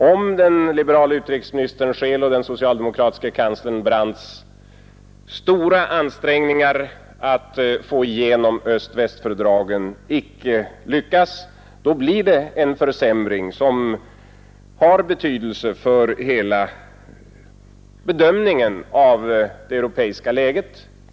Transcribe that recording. Om den liberale utrikesministern Scheels och den socialdemokratiske kanslern Brandts stora ansträngningar att få igenom öst-västfördragen icke lyckas, då blir det en försämring som har betydelse för hela bedömningen av det europeiska läget.